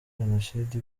jenoside